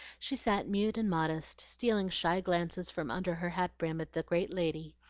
she sat mute and modest, stealing shy glances from under her hat-brim at the great lady,